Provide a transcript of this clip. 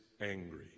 angry